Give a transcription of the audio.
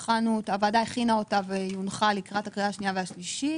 הוועדה הכינה אותה והיא הונחה לקראת קריאה שנייה ושלישית,